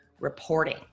reporting